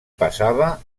passava